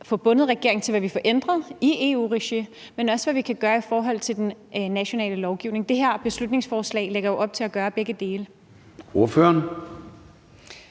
få bundet regeringen til, hvad vi får ændret i EU-regi, men også i forhold til hvad vi kan gøre i forhold til den nationale lovgivning. Det her beslutningsforslag lægger jo op til at gøre begge dele. Kl.